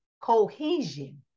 cohesion